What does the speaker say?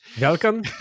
Welcome